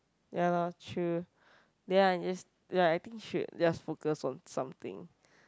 ya lor true then I just ya I think should just focus on something